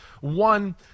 one